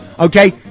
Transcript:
Okay